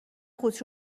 قوطی